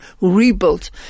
rebuilt